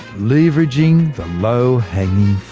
leveraging the low hanging